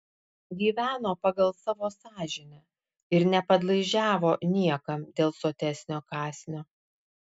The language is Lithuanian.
gyveno pagal savo sąžinę ir nepadlaižiavo niekam dėl sotesnio kąsnio